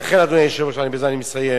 לכן, אדוני היושב-ראש, ובזה אני מסיים,